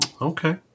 Okay